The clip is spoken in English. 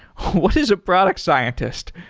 what is a product scientist?